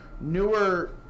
newer